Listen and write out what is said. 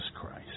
Christ